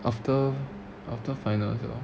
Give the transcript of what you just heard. after after finals lor